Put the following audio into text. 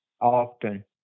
often